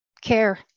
care